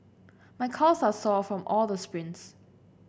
my calves are sore from all the sprints